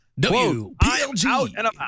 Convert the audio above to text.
WPLG